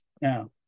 now